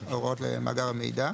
ההוראות למאגר המידע.